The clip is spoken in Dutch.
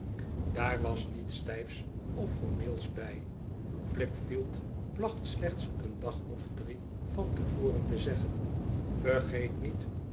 daar was niets stijfs of formeels bij flipfield placht slechts een dag of drie van te voren te zeggen vergeet niet